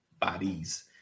bodies